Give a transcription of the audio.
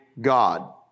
God